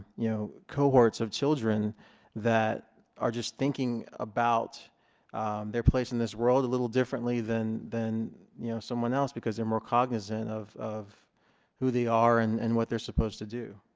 you know cohorts of children that are just thinking about their place in this world a little differently than than you know someone else because they're more cognizant of who who they are and and what they're supposed to do